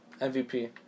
MVP